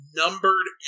numbered